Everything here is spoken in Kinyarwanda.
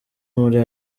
muri